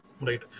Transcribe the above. Right